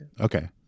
Okay